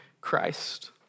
Christ